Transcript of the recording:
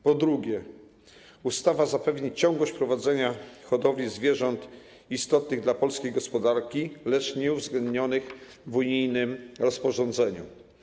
Po drugie, ustawa zapewni ciągłość prowadzenia hodowli zwierząt istotnych dla polskiej gospodarki, lecz nieuwzględnionych w unijnym rozporządzeniu.